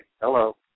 Hello